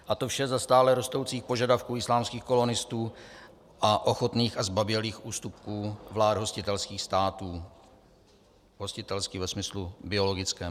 A to vše za stále rostoucích požadavků islámských kolonistů a ochotných a zbabělých ústupků vlád hostitelských států, hostitelský ve smyslu biologickém.